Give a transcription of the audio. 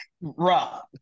rough